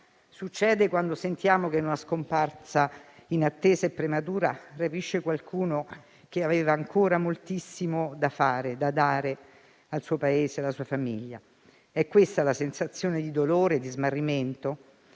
Succede quando sentiamo che una scomparsa inattesa e prematura rapisce qualcuno che aveva ancora moltissimo da fare e da dare al suo Paese e alla sua famiglia. È questa la sensazione di dolore, smarrimento